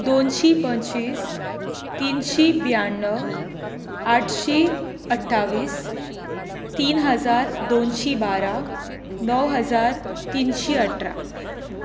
दोनशी पंचवीस तिनशीं ब्याण्णव आठशी अठ्ठावीस तीन हजार दोनशी बारा णव हजार तिनशी अठरा